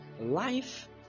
Life